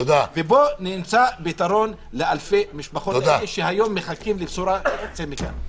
בואו נמצא פתרון לאלפי המשפחות האלה שהיום מחכות לבשורה שתצא מכאן.